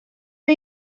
are